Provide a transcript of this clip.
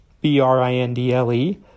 B-R-I-N-D-L-E